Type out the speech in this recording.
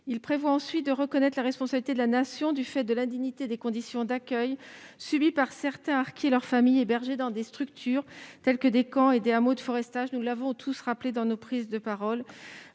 Il prévoit ensuite de reconnaître la responsabilité de la Nation du fait de l'indignité des conditions d'accueil subies par certains harkis et leurs familles hébergés dans des structures telles que des camps et des hameaux de forestage- nous l'avons tous évoqué lors de la